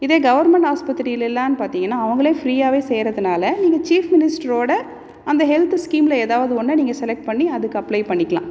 இதே கவர்மெண்ட் ஆஸ்பத்திரிலேலான்னு பார்த்திங்கன்னா அவங்களே ஃபிரீயாகவே செய்கிறதுனால நீங்கள் சீஃப் மினிஸ்டரோட அந்த ஹெல்த் ஸ்கீம்ல எதாவது ஒன்ற நீங்கள் செலக்ட் பண்ணி அதுக்கு அப்ளை பண்ணிக்கலாம்